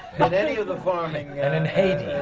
and any of the farming and in haiti